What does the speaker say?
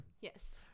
Yes